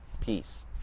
Peace